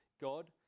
God